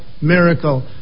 miracle